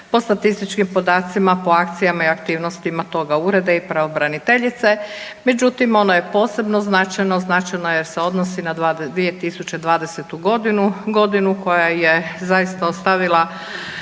po statističkim podacima, po akcijama i aktivnostima toga ureda i pravobraniteljice, međutim ono je posebno značajno. Značajno jer se odnosni na 2020. godinu, godinu koje je zaista ostavila